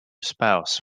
spouse